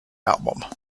album